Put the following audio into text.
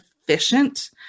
efficient